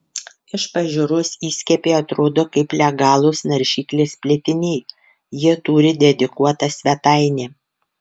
iš pažiūros įskiepiai atrodo kaip legalūs naršyklės plėtiniai jie turi dedikuotą svetainę